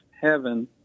heaven